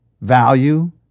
value